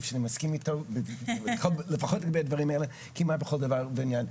שאני מסכים איתו כמעט בכל דבר ועניין.